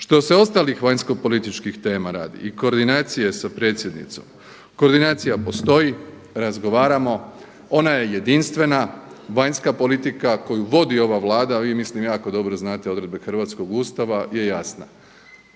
Što se ostalih vanjsko političkih tema radi i koordinacije sa predsjednicom, koordinacija postoji, razgovaramo. Ona je jedinstvena vanjska politika koju vodi ova Vlada a vi mislim jako dobro znate odredbe hrvatskog Ustava je jasna.